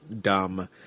dumb